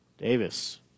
Davis